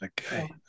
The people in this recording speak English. Okay